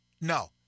No